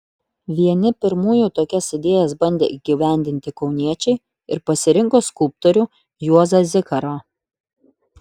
vieni pirmųjų tokias idėjas bandė įgyvendinti kauniečiai ir pasirinko skulptorių juozą zikarą